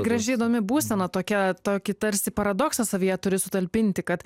graži įdomi būsena tokia tokį tarsi paradoksas savyje turi sutalpinti kad